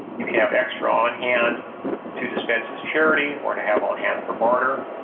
you have extra on hand to dispense as charity or to have on hand for barter.